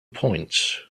points